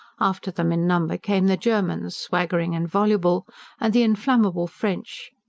after them in number came the germans, swaggering and voluble and the inflammable french,